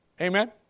Amen